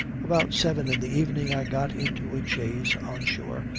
about seven in the evening i got into a chaise on shore,